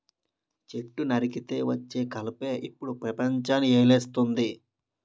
చెట్టు నరికితే వచ్చే కలపే ఇప్పుడు పెపంచాన్ని ఏలేస్తంది